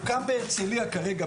הוקם בהרצליה כרגע,